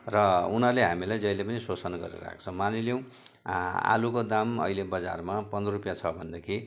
र उनीहरूले हामीलाई जहिले पनि शोषण गरिरहेको छ मानिलिउँ आलुको दाम अहिले बजारमा पन्ध्र रुपियाँ छ भनेदेखि